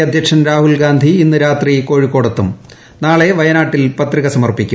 C അധ്യക്ഷൻ രാഹൂൽഗാന്ധി ഇന്ന് രാത്രി കോഴിക്കോടെത്തും നാളെ വയനാട്ടിൽ പത്രിക സമർപ്പിക്കും